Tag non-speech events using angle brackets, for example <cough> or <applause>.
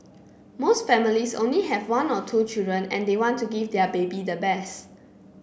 <noise> most families only have one or two children and they want to give their baby the best